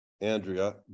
Andrea